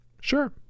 Sure